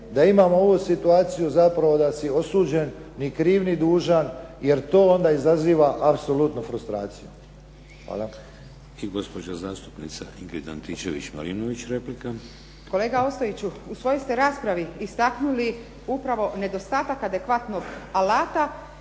da imamo ovu situaciju zapravo da si osuđen ni kriv ni dužan, jer to onda izaziva apsolutnu frustraciju. Hvala. **Šeks, Vladimir (HDZ)** I gospođa zastupnica Ingrid Antičević Marinović, replika. **Antičević Marinović, Ingrid (SDP)** Kolega Ostojiću, u svojoj ste raspravi istaknuli upravo nedostatak adekvatnog alata